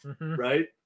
right